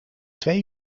twee